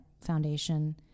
foundation